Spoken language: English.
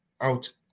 out